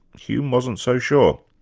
hume wasn't so sure.